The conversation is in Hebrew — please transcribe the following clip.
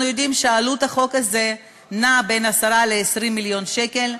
אנחנו יודעים שעלות החוק הזה נעה בין 10 ל-20 מיליון שקל,